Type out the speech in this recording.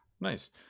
nice